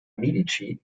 medici